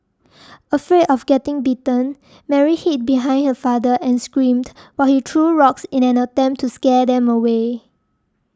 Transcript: afraid of getting bitten Mary hid behind her father and screamed while he threw rocks in an attempt to scare them away